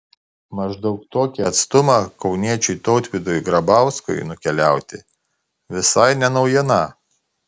maždaug tokį atstumą kauniečiui tautvydui grabauskui nukeliauti visai ne naujiena